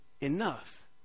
enough